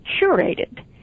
curated